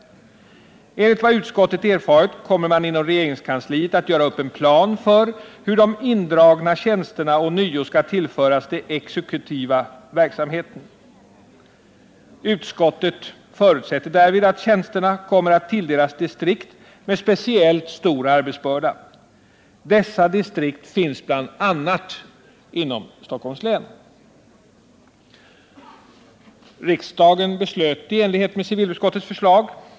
Enligt vad utskottet erfarit kommer man inom regeringskansliet att göra upp en plan för hur de indragna tjänsterna ånyo skall tillföras den exekutiva verksamheten. Utskottet förutsätter därvid att tjänsterna kommer att tilldelas distrikt med speciellt stor arbetsbörda. Dessa distrikt finns bl.a. inom Stockholms län.” Riksdagen beslöt i enlighet med civilutskottets förslag.